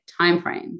timeframes